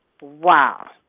Wow